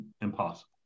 impossible